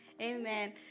Amen